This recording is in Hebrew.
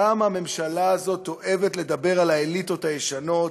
כמה הממשלה הזאת אוהבת לדבר על האליטות הישנות,